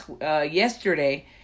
yesterday